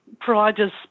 providers